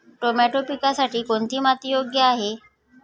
Tomato पिकासाठी कोणती माती योग्य आहे?